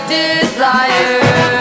desire